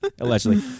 allegedly